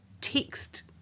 text